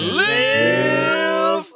live